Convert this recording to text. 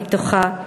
אני בטוחה,